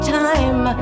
time